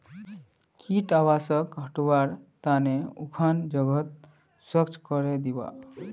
कीट आवासक हटव्वार त न उखन जगहक स्वच्छ करे दीबा